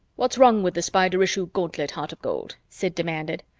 what's wrong with the spider issue gauntlet, heart of gold? sid demanded.